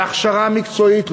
בהכשרה מקצועית.